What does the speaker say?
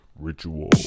ritual